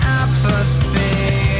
apathy